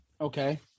Okay